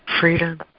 freedom